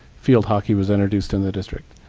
field hockey was introduced in the district.